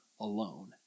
alone